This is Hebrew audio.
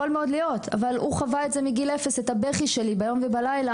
אבל הוא חווה מגיל אפס את הבכי שלי ביום ובלילה